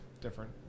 different